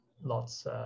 lots